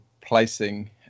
placing